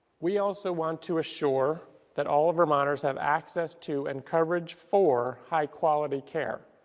we also want to assure that all vermonters have access to and coverage for high quality care.